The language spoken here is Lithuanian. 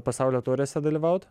pasaulio taurėse dalyvaut